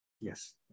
Yes